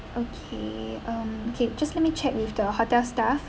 okay um okay just let me check with the hotel staff